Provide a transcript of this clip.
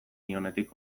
nionetik